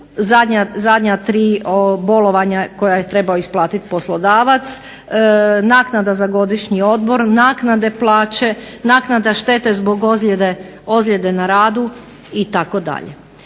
zadnja tri bolovanja koja je trebao isplatiti poslodavac, naknada za godišnji odmor, naknade plaće, naknada štete zbog ozljede na radu itd.